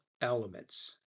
elements